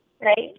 right